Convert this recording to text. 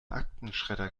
aktenschredder